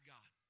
God